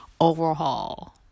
overhaul